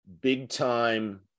big-time